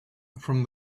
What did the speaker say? from